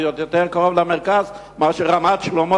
זה עוד יותר קרוב למרכז מאשר רמת-שלמה,